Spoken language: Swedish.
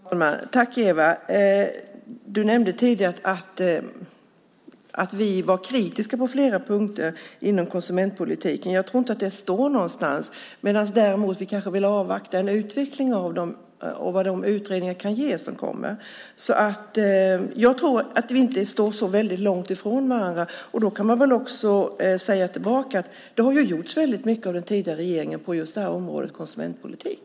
Fru talman! Tack, Eva! Du nämnde tidigare att vi var kritiska på flera punkter inom konsumentpolitiken. Jag tror inte att det står någonstans. Däremot kanske vi vill avvakta utvecklingen och vad de utredningar som kommer kan ge. Jag tror att vi inte står så väldigt långt ifrån varandra. Då kan jag också säga tillbaka att det har gjorts väldigt mycket av den tidigare regeringen på just området konsumentpolitik.